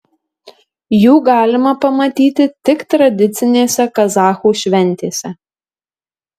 jų galima pamatyti tik tradicinėse kazachų šventėse